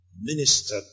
minister